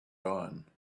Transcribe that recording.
dawn